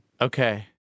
okay